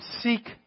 seek